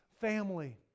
family